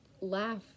laugh